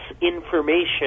information